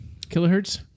Kilohertz